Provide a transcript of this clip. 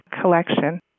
collection